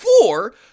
Four—